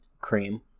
Cream